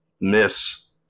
miss